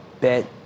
bet